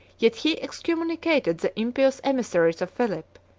yet he excommunicated the impious emissaries of philip,